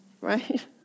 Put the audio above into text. right